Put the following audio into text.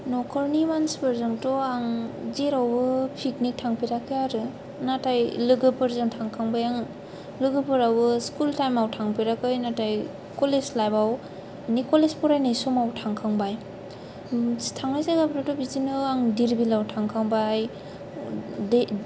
नखरनि मानसिफोरजोंथ' आं जेरावबो पिकनिक थांफेराखै आरो नाथाय लोगोफोरजों थांखांबाय आं लोफोराबो स्कुल टाइमआव थांफेराखै नाथाय कलेज लाइफाव कलेज फरायनाय समाव थांखांबाय थांनाय जायग्राफ्राथ' बिदिनो आं धिरबिल्लाउ थांखांबाय दे